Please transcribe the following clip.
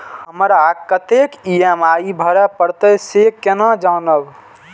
हमरा कतेक ई.एम.आई भरें परतें से केना जानब?